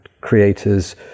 creators